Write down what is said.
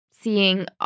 seeing